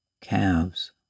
calves